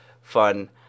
fun